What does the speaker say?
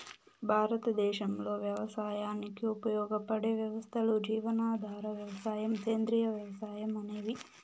భారతదేశంలో వ్యవసాయానికి ఉపయోగపడే వ్యవస్థలు జీవనాధార వ్యవసాయం, సేంద్రీయ వ్యవసాయం అనేవి